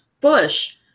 Bush